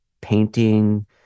painting